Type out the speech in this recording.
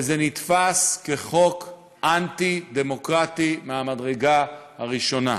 ונתפס כחוק אנטי-דמוקרטי מהמדרגה הראשונה.